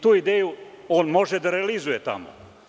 Tu ideju on može da realizuje tamo.